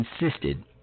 insisted